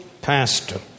pastor